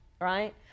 right